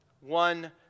one